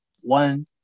One